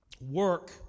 Work